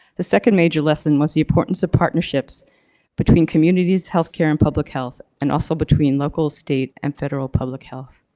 the second major lesson was the importance of partnerships between communities, healthcare and public health and also between local state and federal public health.